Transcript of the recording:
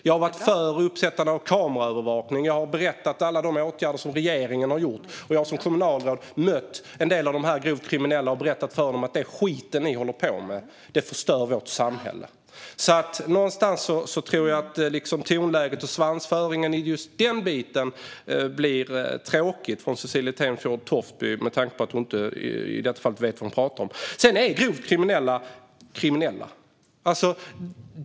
Jag har varit för kameraövervakning, jag har berättat om alla de åtgärder som regeringen har vidtagit och jag har som kommunalråd mött en del av de grovt kriminella och berättat för dem att det är skit det som de håller på med, att det förstör vårt samhälle. Jag tycker att Cecilie Tenfjord Toftbys tonläge och svansföring är lite tråkiga, med tanke på att hon i detta fall inte vet vad hon talar om. Sedan är grovt kriminella kriminella.